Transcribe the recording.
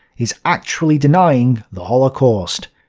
is actually denying the holocaust.